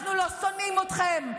אנחנו לא שונאים אתכם.